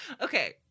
Okay